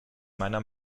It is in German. meiner